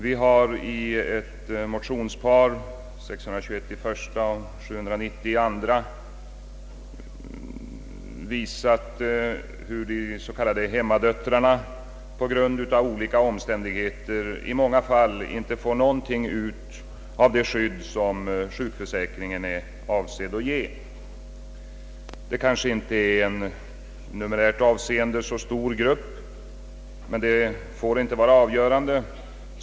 Vi har i motionsparet 1I:621 och IT: 790 visat, hur de s.k. hemmadöttrarna på grund av olika omständigheter i många fall inte får någonting med av det skydd som sjukförsäkringen är avsedd att ge. Det kanske inte i numerärt avseende är en så stor grupp, men detia får inte vara avgörande.